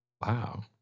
Wow